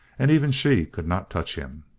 and even she could not touch him.